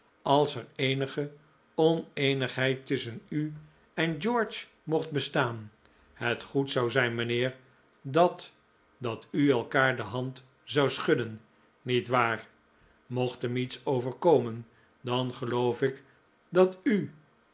als er eenige oneenigheid tusschen u en george mocht bestaan het goed zou zijn mijnheer dat dat u elkaar de hand zou schudden niet waar mocht hem iets overkomen dan geloof ik dat u